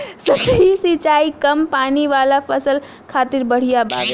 सतही सिंचाई कम पानी वाला फसल खातिर बढ़िया बावे